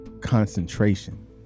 concentration